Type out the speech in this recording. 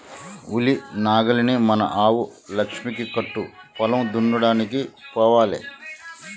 ఉలి నాగలిని మన ఆవు లక్ష్మికి కట్టు పొలం దున్నడానికి పోవాలే